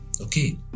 Okay